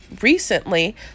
recently